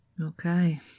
Okay